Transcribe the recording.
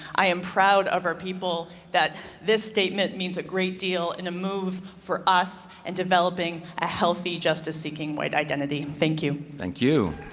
i am proud of our people that this statement means a great deal in a move for us and developing a healthy justice seeking white identity. thank you. thank you.